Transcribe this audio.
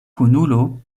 kunulo